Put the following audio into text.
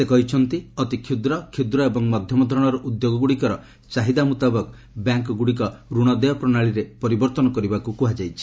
ସେ କହିଛନ୍ତି ଅତି କ୍ଷୁଦ୍ର କ୍ଷୁଦ୍ର ଏବଂ ମଧ୍ୟମ ଧରଣର ଉଦ୍ୟୋଗଗୁଡ଼ିକର ଚାହିଦା ମୁତାବକ ବ୍ୟାଙ୍କ୍ଗୁଡ଼ିକ ରଣ ଦେୟ ପ୍ରଣାଳୀରେ ପରିବର୍ତ୍ତନ କରିବାକୁ କୁହାଯାଇଛି